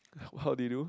how did you do